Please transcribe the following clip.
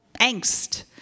angst